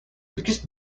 biggest